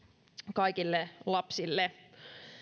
kaikille lapsille